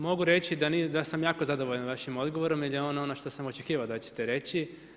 Mogu reći da sam jako zadovoljan vašim odgovorom jel je ono što sam očekivao da ćete reći.